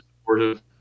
supportive